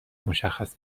مشخص